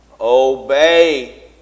Obey